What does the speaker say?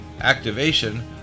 activation